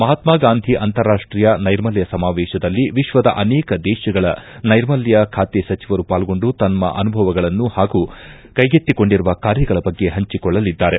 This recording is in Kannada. ಮಹಾತ್ಮ ಗಾಂಧಿ ಅಂತಾರಾಷ್ವೀಯ ನೈರ್ಮಲ್ಯ ಸಮಾವೇಶದಲ್ಲಿ ವಿಶ್ವದ ಅನೇಕ ದೇಶಗಳ ನೈರ್ಮಲ್ಯ ಖಾತೆ ಸಚಿವರು ಪಾಲ್ಗೊಂಡು ತಮ್ಮ ಅನುಭವಗಳು ಹಾಗೂ ಕೈಗೆತ್ತಿಕೊಂಡಿರುವ ಕಾರ್ಯಗಳ ಬಗ್ಗೆ ಹಂಚಿಕೊಳ್ಳಲಿದ್ದಾರೆ